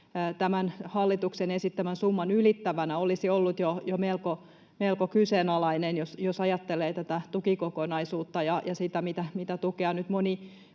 tämän hallituksen esittämän summan ylittävänä olisi ollut jo melko kyseenalainen, jos ajattelee tätä tukikokonaisuutta ja sitä, mitä tukea nyt moni